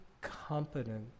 competent